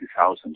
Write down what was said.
2000